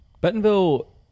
Bentonville